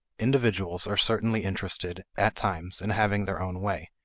individuals are certainly interested, at times, in having their own way,